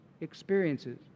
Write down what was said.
experiences